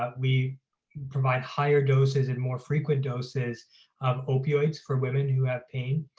but we provide higher doses and more frequent doses of opioids for women who have pain,